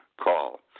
call